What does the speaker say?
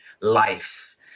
life